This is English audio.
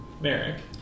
Merrick